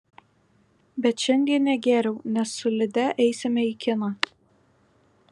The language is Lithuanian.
bet šiandien negėriau nes su lide eisime į kiną